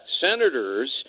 senators